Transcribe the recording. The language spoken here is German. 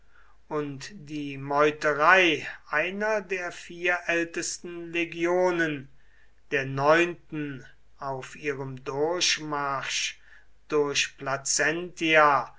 und die meuterei einer der vier ältesten legionen der neunten auf ihrem durchmarsch durch placentia